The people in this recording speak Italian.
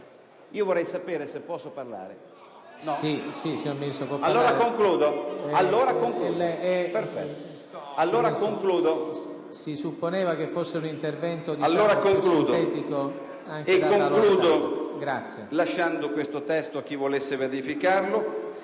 Vorrei sapere se posso parlare.